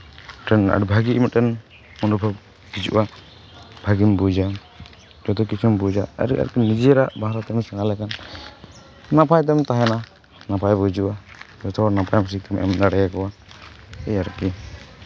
ᱢᱤᱫᱴᱮᱱ ᱟᱹᱰᱤ ᱵᱷᱟᱹᱜᱤ ᱢᱤᱫᱴᱮᱱ ᱚᱱᱩᱵᱷᱚᱵᱽ ᱦᱤᱡᱩᱜᱼᱟ ᱵᱷᱟᱹᱜᱤᱢ ᱵᱩᱡᱟ ᱡᱚᱛᱚ ᱠᱤᱪᱷᱩᱢ ᱵᱩᱡᱟ ᱟᱨᱮ ᱟᱨᱠᱤ ᱱᱤᱡᱮᱨᱟᱜ ᱵᱷᱟᱥᱟ ᱛᱮᱵᱚᱱ ᱥᱮᱬᱟ ᱞᱮᱠᱷᱟᱱ ᱱᱟᱯᱟᱭ ᱛᱮᱢ ᱛᱟᱦᱮᱱᱟ ᱱᱟᱯᱟᱭ ᱵᱩᱡᱩᱜᱼᱟ ᱡᱚᱛᱚᱦᱚᱲ ᱱᱟᱯᱟᱭ ᱥᱤᱠᱠᱷᱟᱢ ᱮᱢ ᱫᱟᱲᱮᱭᱟᱠᱚᱣᱟ ᱮᱭ ᱟᱨᱠᱤ